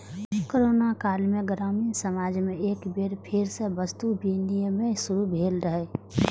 corona काल मे ग्रामीण समाज मे एक बेर फेर सं वस्तु विनिमय शुरू भेल रहै